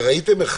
וראיתם איך